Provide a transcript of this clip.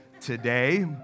today